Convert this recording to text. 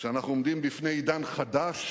שאנחנו עומדים בפני עידן חדש